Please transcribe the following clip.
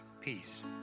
peace